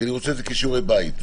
אני רוצה את זה כשיעורי בית,